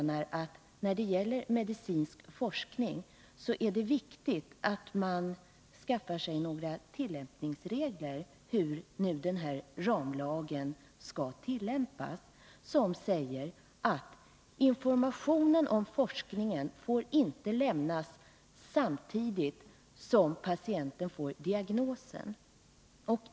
När det gäller medicinsk forskning är det, enligt min mening, viktigt att skaffa sig regler för hur den här ramlagen skall användas, regler som säger ifrån att informationen om forskningen inte får lämnas samtidigt som patienten får diagnosen.